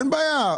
אין בעיה,